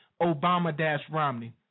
Obama-Romney